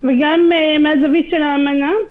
וגם מהזווית של האמנה.